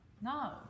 No